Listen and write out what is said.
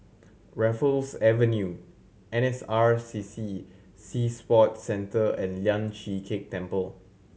Raffles Avenue N S R C C Sea Sports Centre and Lian Chee Kek Temple